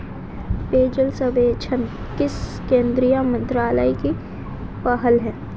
पेयजल सर्वेक्षण किस केंद्रीय मंत्रालय की पहल है?